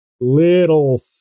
little